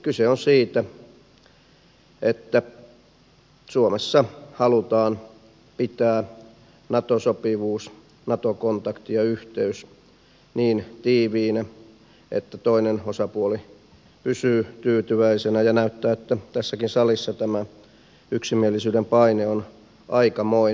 kyse on siitä että suomessa halutaan pitää nato sopivuus nato kontakti ja yhteys niin tiiviinä että toinen osapuoli pysyy tyytyväisenä ja näyttää että tässäkin salissa tämä yksimielisyyden paine on aikamoinen